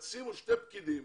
שימו שני פקידים